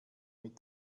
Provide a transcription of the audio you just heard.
mit